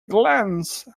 glance